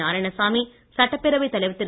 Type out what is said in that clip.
நாராயணசாமி சட்டப்பேரவை தலைவர் திரு